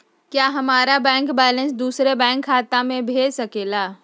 क्या हमारा bank balance दूसरे बैंक खाता में भेज सके ला?